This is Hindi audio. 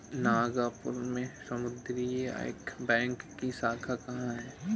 नागपुर में सामुदायिक बैंक की शाखा कहाँ है?